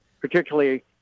particularly